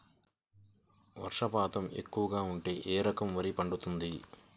వర్షపాతం ఎక్కువగా ఉంటే ఏ రకం వరి పండుతుంది?